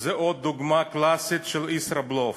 הוא עוד דוגמה קלאסית של ישראבלוף,